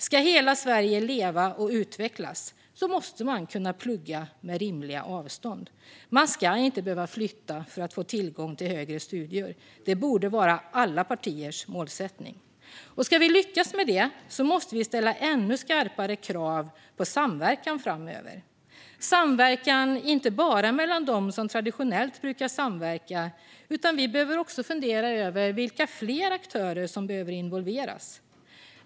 Ska hela Sverige leva och utvecklas måste man kunna plugga med rimliga avstånd. Man ska inte behöva flytta för att få tillgång till högre studier - det borde vara alla partiers målsättning. Och ska vi lyckas med detta måste vi framöver ställa ännu skarpare krav på samverkan - inte bara mellan dem som traditionellt brukar samverka, utan vi behöver också fundera över vilka fler aktörer som behöver involveras.